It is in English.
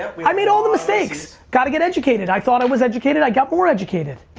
i made all the mistakes. gotta get educated. i thought i was educated, i got more educated.